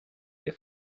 der